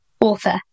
author